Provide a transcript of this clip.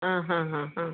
ആ ഹാ ഹാ ആ